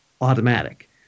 automatic